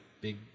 big